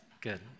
good